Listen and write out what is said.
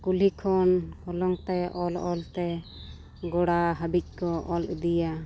ᱠᱩᱞᱦᱤ ᱠᱷᱚᱱ ᱦᱚᱞᱚᱝ ᱛᱮ ᱚᱞ ᱚᱞᱛᱮ ᱜᱚᱲᱟ ᱦᱟᱹᱵᱤᱡ ᱠᱚ ᱚᱞ ᱤᱫᱤᱭᱟ